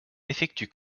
effectue